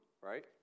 right